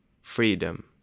freedom